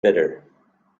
bitter